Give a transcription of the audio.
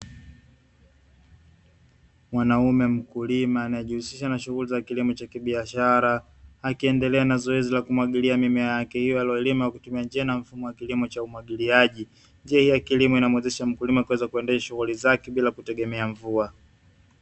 Mwanaume mkulima anayejihusisha na shughuli za kilimo cha kibiashara akiendelea na zoezi la kumwagilia mimea yake hiyo aliyoilima kwa kutumia njia na mfumo wa kilimo cha umwagiliaji, njia hii ya kilimo inamuwezesha mkulima kuweza kuendesha shughuli zake bila kutegemea mvua.